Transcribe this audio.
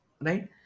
right